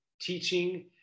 teaching